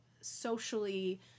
socially